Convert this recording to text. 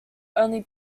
only